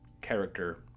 character